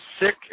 sick